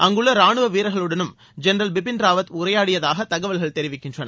அங்குள்ள ராணுவ வீரர்களுடனும் ஜென்ரல் பிபின் ராவத் உரையாடியதாக தகவல்கள் தெரிவிக்கின்றன